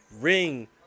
ring